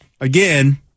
again